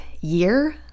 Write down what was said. year